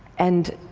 and,